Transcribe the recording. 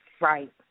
Right